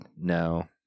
No